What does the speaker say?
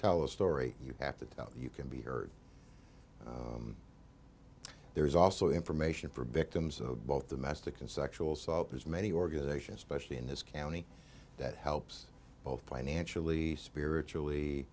tell a story you have to tell you can be heard there's also information for victims of both domestic and sexual assault as many organizations especially in this county that helps both financially spiritually